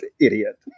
Idiot